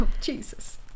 Jesus